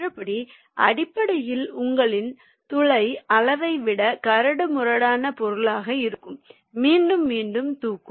மற்றபடி அடிப்படையில் உங்களின் துளை அளவை விட கரடுமுரடான பொருளாக இருக்கும் மீண்டும் மீண்டும் தூக்கும்